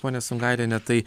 ponia sungailienė tai